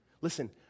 Listen